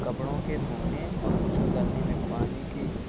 کپڑوں کے دھونے اور خشک کرنے میں پانی کی